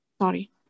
Sorry